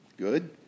Good